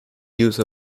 use